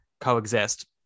coexist